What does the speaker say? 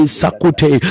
sakute